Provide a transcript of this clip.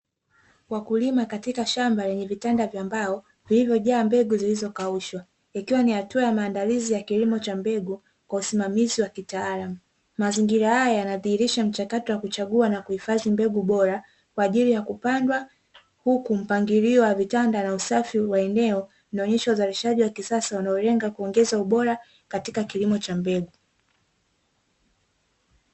Wakulima katika shamba lenye vitanda vya mbao, lililojaa mbegu zilizokaushwa, ikiwa ni hatua ya maandalizi ya kilimo cha mbegu kwa usimamizi wa kitaalamu. Mazingira haya yanadhihirisha mchakato wa kuchagua na kuhifadhi mbegu bora kwa ajili ya kupandwa, huku mpangilio wa vitanda na usafi wa eneo unaonyesha uzalishaji wa kisasa unaolenga kuongeza ubora katika kilimo cha mbegu.